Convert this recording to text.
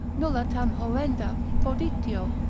nulla tam horrenda proditio,